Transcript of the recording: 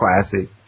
classic